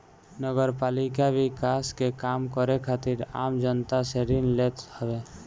नगरपालिका विकास के काम करे खातिर आम जनता से ऋण लेत हवे